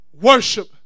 worship